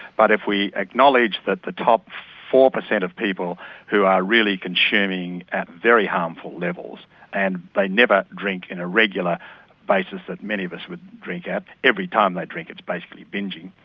but if we acknowledge that the top four percent of people who are really consuming at very harmful levels and they never drink in a regular basis that many of us would drink at, every time they drink it is basically bingeing,